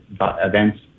events